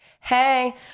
Hey